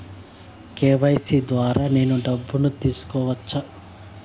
KYC ద్వారా నేను డబ్బును తీసుకోవచ్చా?